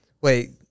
wait